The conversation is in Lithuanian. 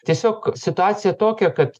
tiesiog situacija tokia kad